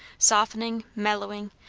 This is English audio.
softening, mellowing,